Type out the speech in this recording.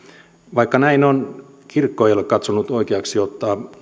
vaikka näin on kirkko ei ole katsonut oikeaksi ottaa